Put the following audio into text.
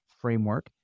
framework